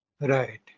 right